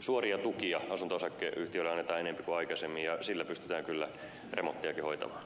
suoria tukia asunto osakeyhtiöille annetaan enempi kuin aikaisemmin ja sillä pystytään kyllä remonttejakin hoitamaan